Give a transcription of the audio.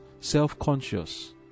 self-conscious